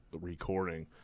recording